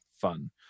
fun